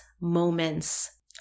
moments